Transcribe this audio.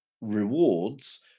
rewards